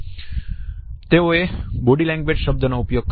તેઓએ body language શબ્દો નો ઉપયોગ કર્યો